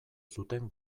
zuten